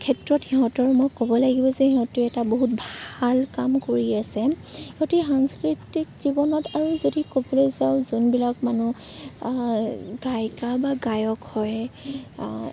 ক্ষেত্ৰত সিহঁতৰ মই ক'ব লাগিব যে সিহঁতে এটা বহুত ভাল কাম কৰি আছে গতিকে সাংস্কৃতিক জীৱনত আৰু যদি ক'বলৈ যাওঁ যোনবিলাক মানুহ গায়িকা বা গায়ক হয়